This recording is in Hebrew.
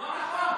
לא נכון.